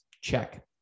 Check